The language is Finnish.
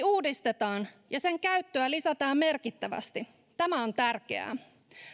uudistetaan ja sen käyttöä lisätään merkittävästi tämä on tärkeää